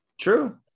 True